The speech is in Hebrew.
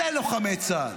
הם לוחמי צה"ל,